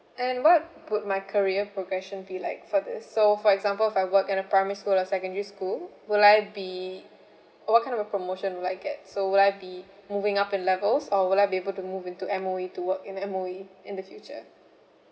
and what would my career progression be like for this so for example if I work in a primary school or secondary school will I be what kind of a promotion will I get so will I be moving up the levels or will I be able to move into M_O_E to work in M_O_E in the future